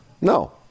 No